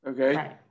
Okay